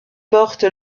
porte